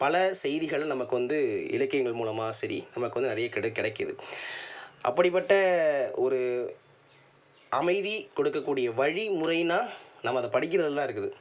பல செய்திகள் நமக்கு வந்து இலக்கியங்கள் மூலமாக சரி நமக்கு வந்து நிறைய கிடை கிடைக்குது அப்படிப்பட்ட ஒரு அமைதி கொடுக்கக்கூடிய வழிமுறைனால் நம்ம அதை படிக்கிறதில் தான் இருக்குது